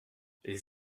les